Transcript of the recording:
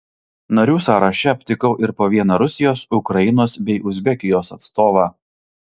narių sąraše aptikau ir po vieną rusijos ukrainos bei uzbekijos atstovą